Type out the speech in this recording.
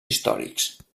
històrics